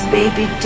baby